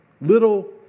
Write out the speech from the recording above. little